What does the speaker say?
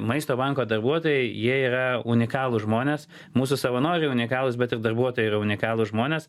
maisto banko darbuotojai jie yra unikalūs žmonės mūsų savanoriai unikalūs bet ir darbuotojai yra unikalūs žmonės